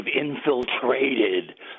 infiltrated